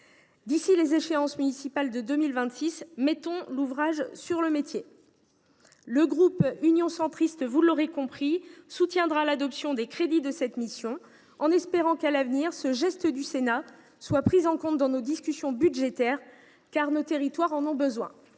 D’ici aux échéances municipales de 2026, mettons l’ouvrage sur le métier ! Le groupe Union Centriste, vous l’aurez compris, soutiendra l’adoption des crédits de cette mission, en espérant qu’il sera tenu compte de ce geste du Sénat lors des prochaines discussions budgétaires. Nos territoires en ont besoin